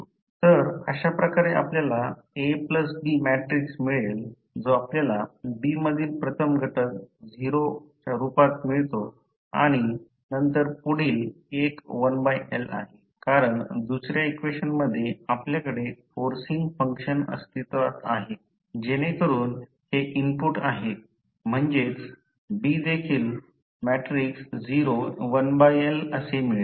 तर अशाप्रकारे आपल्याला A B मॅट्रिक्स मिळेल जो आपल्याला B मधील प्रथम घटक 0 रूपात मिळतो आणि नंतर पुढील एक 1L आहे कारण दुसऱ्या इक्वेशन मध्ये आपल्याकडे फोर्सिन्ग फंक्शन अस्तित्वात आहे जेणेकरून हे इनपुट आहे म्हणजेच B देखील 0 1L असे मिळेल